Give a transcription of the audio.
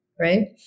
right